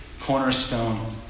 cornerstone